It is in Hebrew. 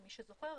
למי שזוכר,